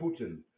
Putin